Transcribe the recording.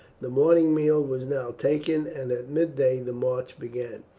the morning meal was now taken, and at midday the march began.